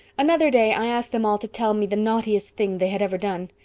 another day i asked them all to tell me the naughtiest thing they had ever done.